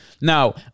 Now